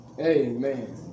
Amen